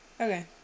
Okay